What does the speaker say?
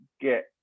get